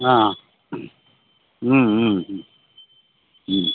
ಹಾಂ ಹ್ಞೂ ಹ್ಞೂ ಹ್ಞೂ ಹ್ಞೂ